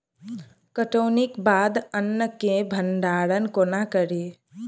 कटौनीक बाद अन्न केँ भंडारण कोना करी?